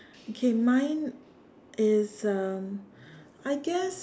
okay mine is um I guess